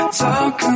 talk